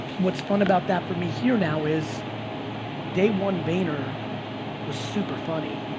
what's fun about that for me here now is day one vayner was super funny.